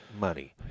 money